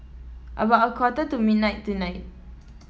about a quarter to midnight tonight